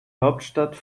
hauptstadt